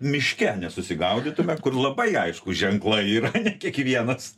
miške nesusigaudytume kur labai aiškūs ženklai yra ne kiekvienas